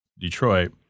Detroit